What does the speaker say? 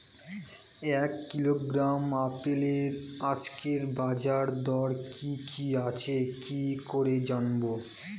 এক কিলোগ্রাম আপেলের আজকের বাজার দর কি কি আছে কি করে জানবো?